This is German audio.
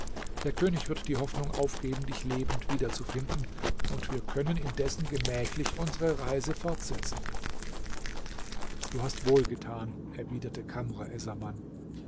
der könig wird die hoffnung aufgeben dich lebend wieder zu finden und wir können indessen gemächlich unsere reise fortsetzen du hast wohl getan erwiderte